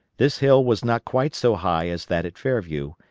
this hill was not quite so high as that at fairview,